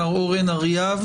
מר אורן אריאב